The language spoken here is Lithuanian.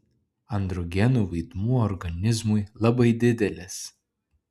androgenų vaidmuo organizmui labai didelis